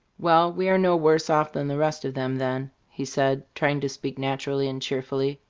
well, we are no worse off than the rest of them, then, he said, trying to speak naturally and cheerfully.